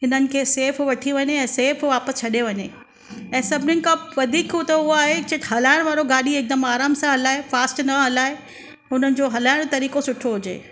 हिननि खे सेफ़ वठी वञे ऐं सेफ़ वापसि छॾे वञे ऐं सभनिनि खां वधीक त हुओ आहे की हलाइण वारो गाॾी हिकदमि आरामु सां हलाए फ़ास्ट न हलाए हुननि जो हलाइण जो तरीक़ो सुठो हुजे